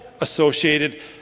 associated